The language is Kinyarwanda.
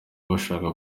bashaka